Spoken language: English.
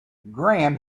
graham